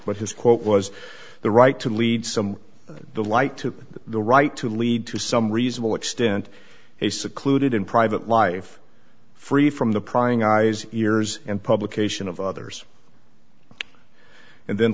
but his quote was the right to lead some of the light to the right to lead to some reasonable extent he secluded in private life free from the prying eyes ears and publication of others and then